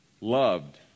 loved